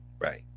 Right